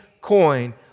coin